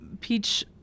Peach